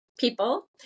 people